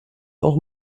auch